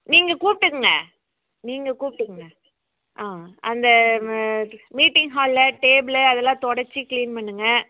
நீங்கள் கூப்ட்டுக்கங்க நீங்கள் கூப்பிட்டுக்குங்க ஆ அந்த மீட்டிங் ஹால்ல டேபிள் அதெல்லாம் துடைச்சி கிளீன் பண்ணுங்க